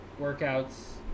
workouts